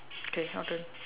K your turn